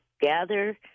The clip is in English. gather